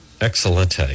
Excellent